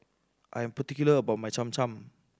I am particular about my Cham Cham